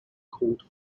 called